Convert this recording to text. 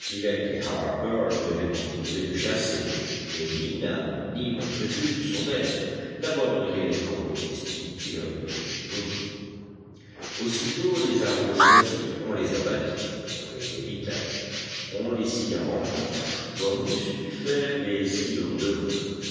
devaient continuer de chasser et ni nab ni maître jup son aide n'abandonneraient les travaux domestiques qui leur étaient dévolus aussitôt les arbres choisis on les abattit on les débita on les scia en planches comme eussent pu faire des scieurs de long